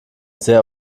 sehr